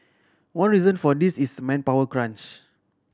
one reason for this is manpower crunch